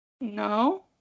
No